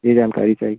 जी जानकारी चाहिए